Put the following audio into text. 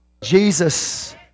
Jesus